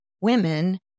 women